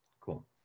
Cool